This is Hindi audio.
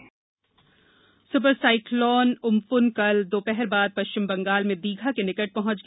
तुफान स्पर साइक्लोन उम्प्न कल दोपहर बाद पश्चिम बंगाल में दीघा के निकट पहंच गया